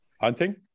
hunting